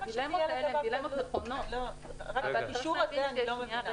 את הקישור הזה אני לא מבינה.